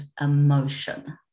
emotion